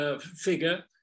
Figure